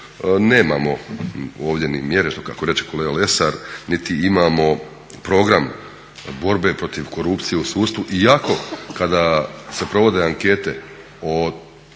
nemamo ovdje ni mjere kako reče kolega Lesar niti imamo problem borbe protiv korupcije u sudstvu iako kada se provode ankete o